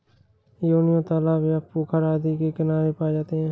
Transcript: योनियों तालाब या पोखर आदि के किनारे पाए जाते हैं